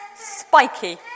spiky